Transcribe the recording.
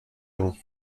ans